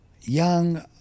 young